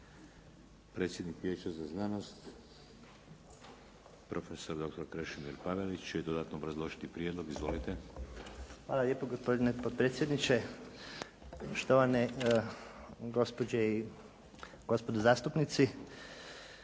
Hvala lijepo gospodine potpredsjedniče, štovane gospođe i gospodo zastupnici.